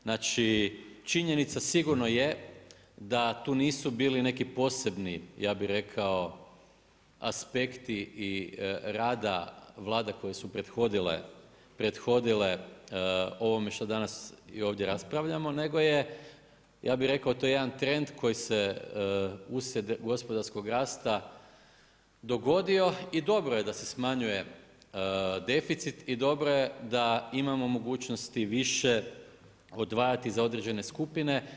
Znači činjenica sigurno je da tu nisu bili neki posebni, ja bih rekao aspekti i rada Vlada koje su prethodile ovome što danas i ovdje raspravljamo nego je ja bih rekao to jedan trend koji se uslijed gospodarskog rasta dogodio i dobro je da se smanjuje deficit i dobro je da imamo mogućnost više odvajati za određene skupine.